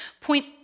point